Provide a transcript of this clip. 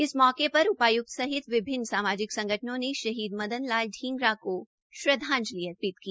इस मौके पर उपायुक्त सहित विभिन्न सामाजिक संगठनों ने शहीद मदन लाल ढींगरा को श्रद्दांजलि अर्पित की